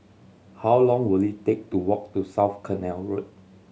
how long will it take to walk to South Canal Road